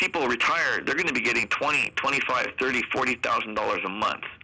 people retired they're going to be getting twenty twenty five thirty forty thousand dollars a month